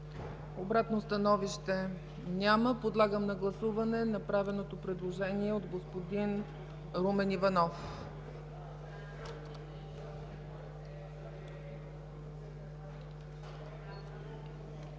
Обратно становище? Няма. Подлагам на гласуване направеното предложение от господин Румен Иванов.